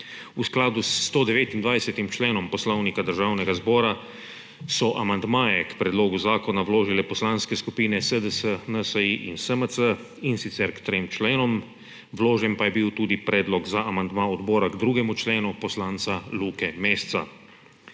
V skladu s 129. členom Poslovnika Državnega zbora so amandmaje k predlogu zakona vložile poslanske skupine SDS, NSi in SMC, in sicer k trem členom, vložen pa je bil tudi predlog za amandma odbora k 2. členu poslanca Luke Mesca.